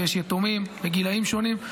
ויש יתומים בגילים שונים.